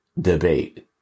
Debate